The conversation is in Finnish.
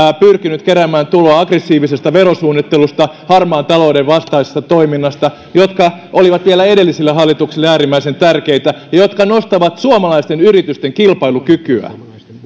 pyrkinyt keräämään tuloa aggressiivisesta verosuunnittelusta ja harmaan talouden vastaisesta toiminnasta jotka olivat vielä edellisille hallituksille äärimmäisen tärkeitä ja jotka nostavat suomalaisten yritysten kilpailukykyä